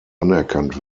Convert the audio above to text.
anerkannt